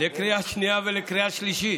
לקריאה שנייה ולקריאה שלישית.